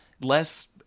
less